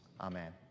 Amen